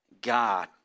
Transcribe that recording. God